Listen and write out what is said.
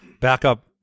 backup